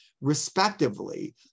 respectively